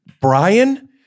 Brian